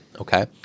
okay